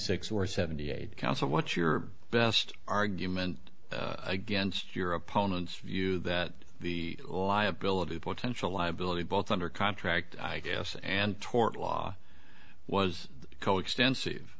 six or seventy eight counts of what's your best argument against your opponent's view that the liability of potential liability both under contract i guess and tort law was coextensive